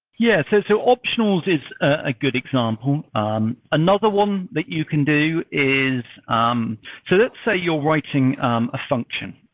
yeah so so optionals is a good example. um another one that you can do is um so let's say you're writing um a function,